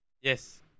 Yes